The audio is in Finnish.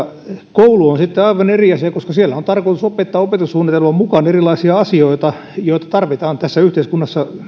koulu on sitten aivan eri asia koska siellä on tarkoitus opettaa opetussuunnitelman mukaan erilaisia asioita joita tarvitaan tässä yhteiskunnassa